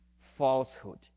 falsehood